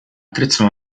attrezzo